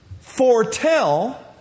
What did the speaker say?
foretell